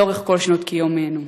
לאורך כל שנות קיומנו.